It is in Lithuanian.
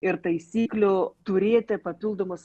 ir taisyklių turėti papildomus